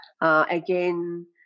Again